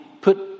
put